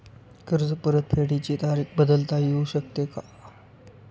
कर्ज परतफेडीची तारीख बदलता येऊ शकते का?